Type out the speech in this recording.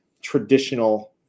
traditional